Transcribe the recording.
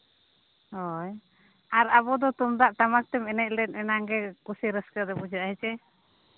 ᱦᱳᱭ ᱟᱨ ᱟᱵᱚ ᱫᱚ ᱛᱩᱢᱫᱟᱜ ᱴᱟᱢᱟᱠ ᱛᱮᱢ ᱮᱱᱮᱡ ᱞᱮᱱ ᱮᱱᱟᱝ ᱜᱮ ᱠᱩᱥᱤ ᱨᱟᱹᱥᱠᱟᱹ ᱫᱚ ᱵᱩᱡᱷᱟᱹᱜᱼᱟ ᱦᱮᱥᱮ